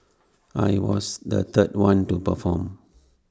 I was the third one to perform